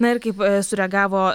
na ir kaip sureagavo